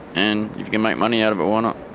and if you can make money out of it, why not.